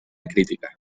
crítica